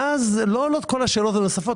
ואז לא עולות כל השאלות הנוספות.